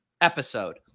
episode